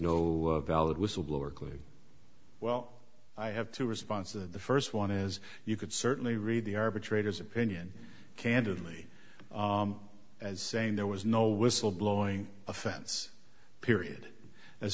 no valid whistleblower clearly well i have two responses of the first one is you could certainly read the arbitrator's opinion candidly as saying there was no whistle blowing offense period as